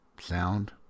Sound